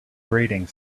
grating